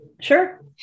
Sure